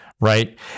Right